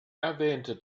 erwähnte